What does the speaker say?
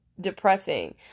depressing